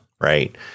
Right